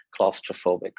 claustrophobic